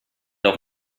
auch